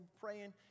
praying